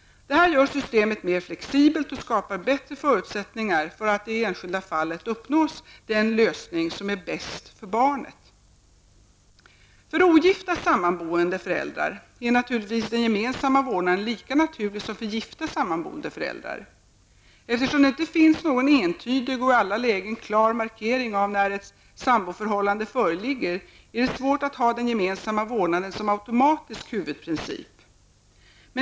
Detta gör systemet mer flexibelt och skapar bättre förutsättningar för att i det enskilda fallet uppnå den lösning som är bäst för barnet. För ogifta sammanboende föräldrar är naturligtvis den gemensamma vårdnaden lika naturlig som för gifta sammanboende föräldrar. Eftersom det inte finns någon entydig och i alla lägen klar markering av när ett samboförhållande föreligger är det svårt att ha den gemensamma vårdnaden som automatisk huvudprincip.